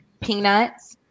peanuts